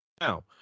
now